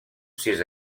sis